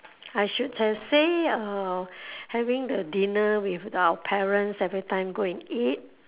I should have say uh having the dinner with our parents every time go and eat